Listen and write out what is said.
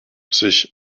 sich